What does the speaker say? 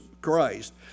Christ